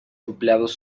empleados